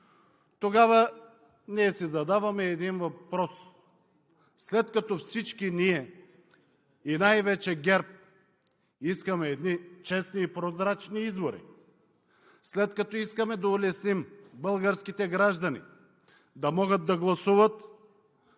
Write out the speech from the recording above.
Тогава ние си задаваме един въпрос: след като всички ние и най-вече ГЕРБ искаме едни честни и прозрачни избори, след като искаме да улесним българските граждани да могат да гласуват,